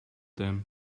them